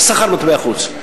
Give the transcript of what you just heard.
בסחר במטבע חוץ.